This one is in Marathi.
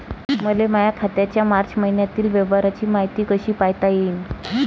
मले माया खात्याच्या मार्च मईन्यातील व्यवहाराची मायती कशी पायता येईन?